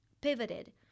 pivoted